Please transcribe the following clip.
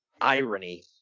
Irony